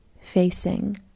facing